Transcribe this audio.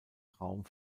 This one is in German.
raum